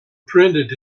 printed